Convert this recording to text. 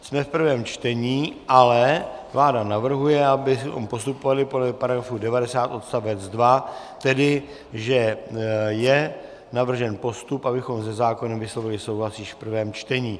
Jsme v prvém čtení, ale vláda navrhuje, abychom postupovali podle § 90 odst. 2, tedy že je navržen postup, abychom se zákonem vyslovili souhlas již v prvém čtení.